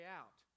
out